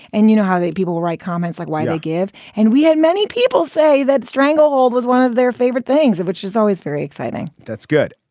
and you know how they people write comments like why i give? and we had many people say that stranglehold was one of their favorite things, which is always very exciting that's good.